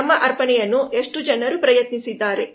ನಮ್ಮ ಅರ್ಪಣೆಯನ್ನು ಎಷ್ಟು ಜನರು ಪ್ರಯತ್ನಿಸಿದ್ದಾರೆ